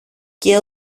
και